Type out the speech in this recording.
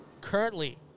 currently